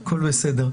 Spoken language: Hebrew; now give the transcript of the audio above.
תודה.